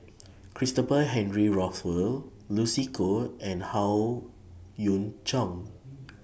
Christopher Henry Rothwell Lucy Koh and Howe Yoon Chong